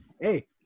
hey